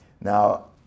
Now